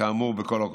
כאמור בקול הקורא.